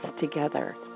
together